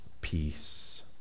peace